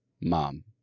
mom